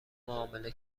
معامله